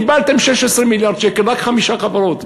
קיבלתם 16 מיליארד שקל, רק חמש החברות.